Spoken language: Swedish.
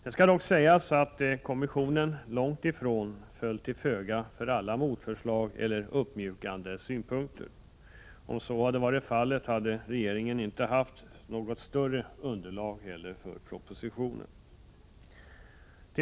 Det skall dock sägas att kommissionen långt ifrån föll till föga för alla motförslag eller uppmjukande synpunkter. Om så hade varit fallet, hade regeringen inte heller haft något större underlag för propositionen.